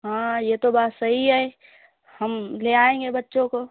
ہاں یہ تو بات صحیح ہے ہم لے آئیں گے بچوں کو